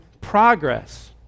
progress